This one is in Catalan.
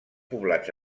poblats